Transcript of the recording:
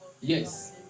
Yes